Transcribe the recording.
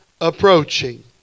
approaching